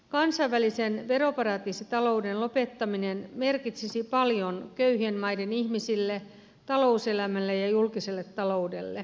kansainvälisen veroparatiisitalouden lopettaminen merkitsisi paljon köyhien maiden ihmisille talouselämälle ja julkiselle taloudelle